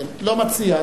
לא מציע.